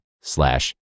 slash